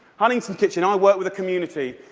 huntington's kitchen. i work with a community.